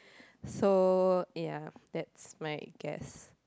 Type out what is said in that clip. so ya that's my guess